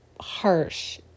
harsh